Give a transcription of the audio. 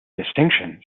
distinctions